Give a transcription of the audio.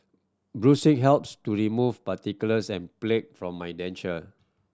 brushing helps to remove particles and plaque from my denture